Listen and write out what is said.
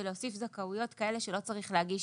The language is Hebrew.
ולהוסיף זכאויות כאלה שלא צריך להגיש